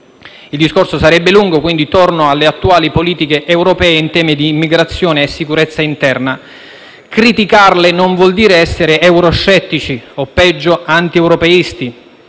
Il discorso sarebbe lungo e quindi torno alle attuali politiche europee in tema di immigrazione e sicurezza interna: criticarle non vuol dire essere euroscettici o peggio antieuropeisti.